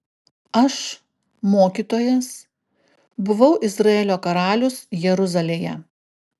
aš mokytojas buvau izraelio karalius jeruzalėje